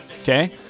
okay